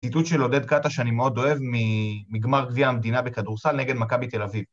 ציטוט של עודד קאטה שאני מאוד אוהב מ... מגמר גביע המדינה בכדורסל נגד מכבי תל אביב.